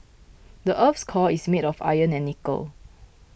the earth's core is made of iron and nickel